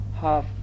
half